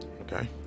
Okay